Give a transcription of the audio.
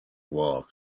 wall